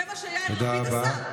זה מה שיאיר לפיד עשה?